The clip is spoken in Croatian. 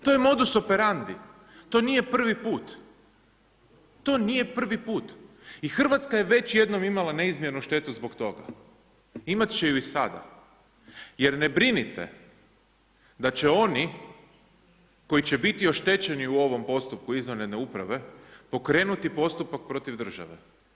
To je modus operandi, to nije prvi put, to nije prvi put i Hrvatska je već jednom imala neizmjernu štetu zbog toga, imat će ju i sada jer ne brinite da će oni koji će biti oštećeni u ovom postupku izvanredne uprave pokrenuti postupak protiv države.